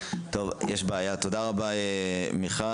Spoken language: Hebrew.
יש בעיה, תודה רבה מיכל.